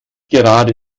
gerade